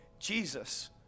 Jesus